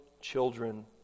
children